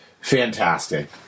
Fantastic